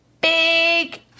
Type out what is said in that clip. big